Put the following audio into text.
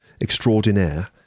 extraordinaire